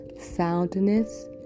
soundness